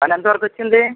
పనెంతవరకొచ్చింది